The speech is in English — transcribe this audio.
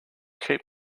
keep